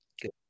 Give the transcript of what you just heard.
Good